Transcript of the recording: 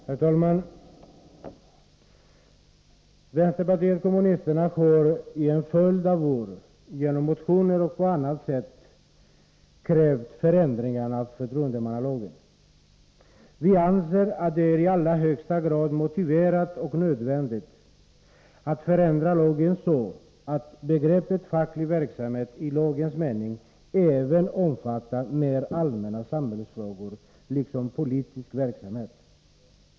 Herr talman! Vänsterpartiet kommunisterna har under en följd av år, genom motioner och på annat sätt, krävt förändringar av förtroendemannalagen. Vi anser att det är i allra högsta grad motiverat och nödvändigt att förändra lagen så att begreppet facklig verksamhet i lagens mening även omfattar mer allmänna samhällsfrågor liksom politisk verksamhet.